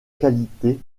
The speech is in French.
qualité